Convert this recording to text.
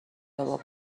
بابا